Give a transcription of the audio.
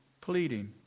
pleading